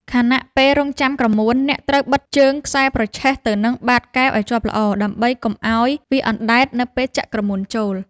ខណៈពេលរង់ចាំក្រមួន អ្នកត្រូវបិទជើងខ្សែប្រឆេះទៅនឹងបាតកែវឱ្យជាប់ល្អ ដើម្បីកុំឱ្យវាអណ្ដែតនៅពេលចាក់ក្រមួនចូល។